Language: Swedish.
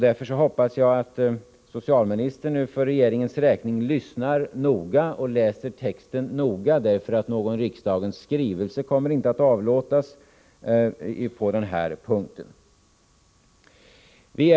Därför hoppas jag att socialministern nu för regeringens räkning lyssnar noga och läser texten noggrant, för någon riksdagens skrivelse kommer inte att avlåtas på den här punkten.